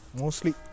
mostly